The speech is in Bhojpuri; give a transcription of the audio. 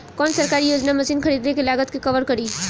कौन सरकारी योजना मशीन खरीदले के लागत के कवर करीं?